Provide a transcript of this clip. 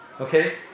Okay